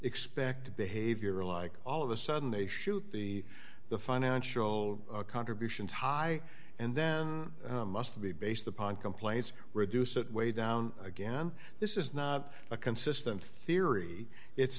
expect a behavior like all of the sudden they the the financial contributions high and them must be based upon complaints reduce it way down again this is not a consistent theory it's